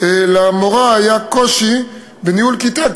למורה היה קושי בניהול כיתה,